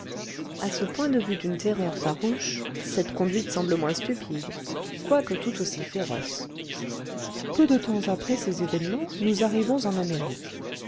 à ce point de vue d'une terreur farouche cette conduite semble moins stupide quoique tout aussi féroce peu de temps après ces événements nous arrivons en amérique